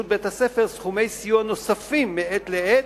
בית-הספר סכומי סיוע נוספים מעת לעת,